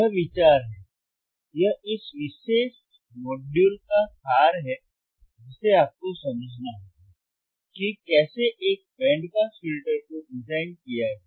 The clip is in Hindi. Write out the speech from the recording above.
यह विचार है यह इस विशेष मॉड्यूल का सार है जिसे आपको समझना होगा कि कैसे एक बैंड पास फ़िल्टर को डिज़ाइन किया जाए